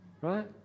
right